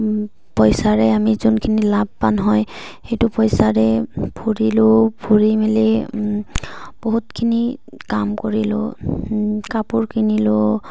পইচাৰে আমি যোনখিনি লাভৱান হয় সেইটো পইচাৰে ফুৰিলোঁ ফুৰি মেলি বহুতখিনি কাম কৰিলোঁ কাপোৰ কিনিলোঁ